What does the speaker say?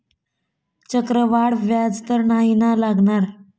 चक्रवाढ व्याज तर नाही ना लागणार?